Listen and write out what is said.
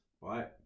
right